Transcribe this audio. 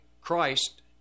Christ